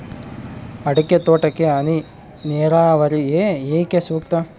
ಅಡಿಕೆ ತೋಟಕ್ಕೆ ಹನಿ ನೇರಾವರಿಯೇ ಏಕೆ ಸೂಕ್ತ?